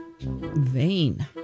vain